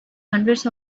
hundreds